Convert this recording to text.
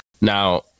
now